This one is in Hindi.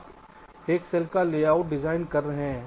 आप एक सेल का लेआउट डिजाइन कर रहे हैं